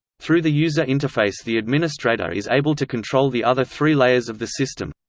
through the user interface the administrator is able to control the other three layers of the system.